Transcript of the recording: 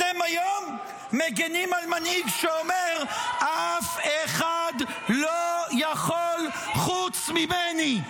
אתם היום מגינים על מנהיג שאומר: אף אחד לא יכול חוץ ממני.